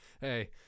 Hey